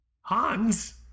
Hans